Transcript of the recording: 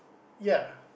ya